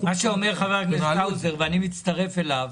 מה שאומר חבר הכנסת האוזר, ואני מצטרף אליו,